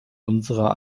unserer